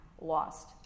lost